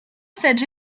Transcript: cette